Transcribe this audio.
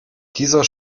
dieser